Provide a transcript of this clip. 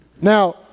Now